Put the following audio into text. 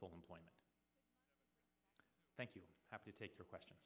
full employment thank you have to take your question